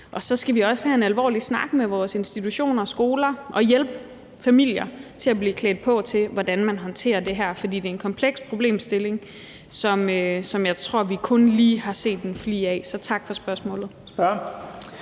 Og så skal vi også have en alvorlig snak med vores institutioner og skoler og hjælpe familier til at blive klædt på til, hvordan man håndterer det her, for det er en kompleks problemstilling, som jeg tror at vi kun lige har set en flig af. Så tak for spørgsmålet.